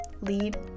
Lead